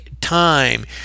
time